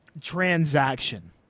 transaction